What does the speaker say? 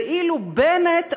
ואילו בנט אומר: